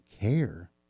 care